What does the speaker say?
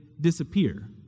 disappear